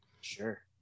Sure